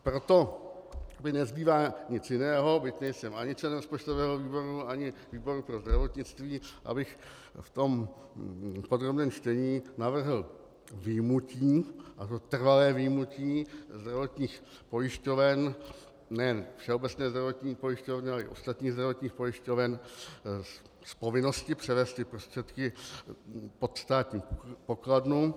Proto mi nezbývá nic jiného, byť nejsem ani člen rozpočtového výboru, ani výboru pro zdravotnictví, abych v podrobném čtení navrhl vyjmutí, a to trvalé vyjmutí, zdravotních pojišťoven, nejen Všeobecné zdravotní pojišťovny, ale i ostatních zdravotních pojišťoven, z povinnosti převést ty prostředky pod státní pokladnu.